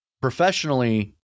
professionally